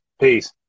Peace